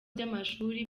by’amashuri